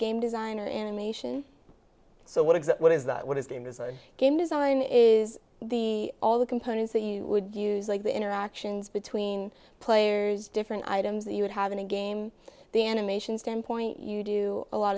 game designer animation so what is it what is that what is the aim is a game design is the all the components that you would use like the interactions between players different items that you would have in a game the animation standpoint you do a lot